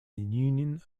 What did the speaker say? union